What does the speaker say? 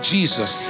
Jesus